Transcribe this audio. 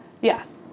Yes